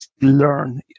learn